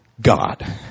God